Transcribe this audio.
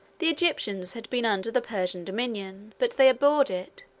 the egyptians had been under the persian dominion, but they abhorred it,